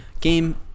game